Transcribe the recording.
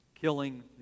killing